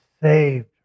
saved